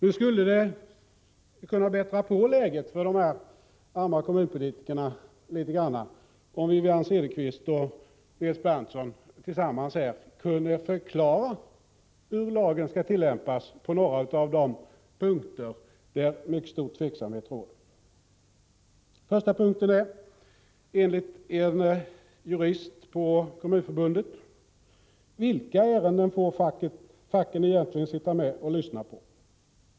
Vi skulle något kunna förbättra läget för de arma kommunalpolitikerna om Wivi-Anne Cederqvist och Nils Berndtson här tillsammans kunde förklara hur lagen skall tillämpas på några av de punkter där mycket stor tveksamhet råder. Den första punkten är, enligt en jurist på Kommunförbundet: I vilka ärenden får de fackliga representanterna egentligen sitta med och lyssna på debatten?